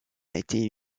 été